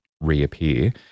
reappear